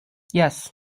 yes